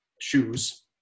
shoes